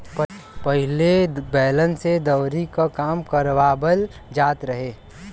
पहिले बैलन से दवरी के काम करवाबल जात रहे